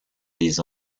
des